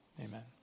Amen